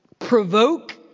provoke